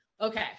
Okay